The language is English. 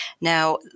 Now